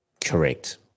Correct